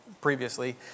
previously